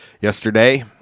yesterday